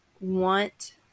want